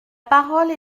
parole